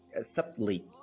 subtly